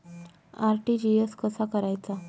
RTGS कसा करायचा?